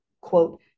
quote